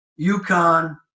UConn